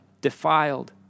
defiled